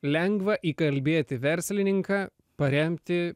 lengva įkalbėti verslininką paremti